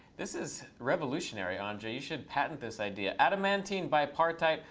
this is revolutionary, andre. you should patent this idea. adamantine by apartheid.